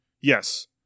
Yes